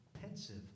pensive